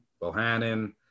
Bohannon